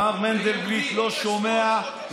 מר מנדלבליט לא שומע,